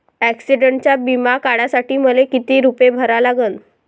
ॲक्सिडंटचा बिमा काढा साठी मले किती रूपे भरा लागन?